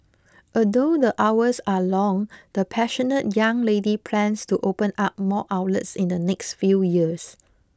although the hours are long the passionate young lady plans to open up more outlets in the next few years